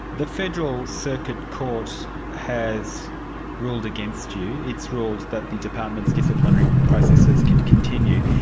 the federal circuit court has ruled against you, it's ruled that the department's disciplinary processes can continue,